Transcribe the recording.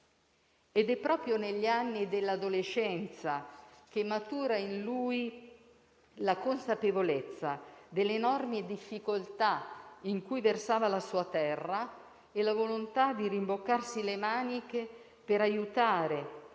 È proprio negli anni dell'adolescenza che maturarono in lui la consapevolezza delle enormi difficoltà in cui versava la sua terra e la volontà di rimboccarsi le maniche, per aiutare